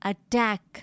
Attack